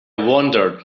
wandered